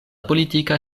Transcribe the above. politika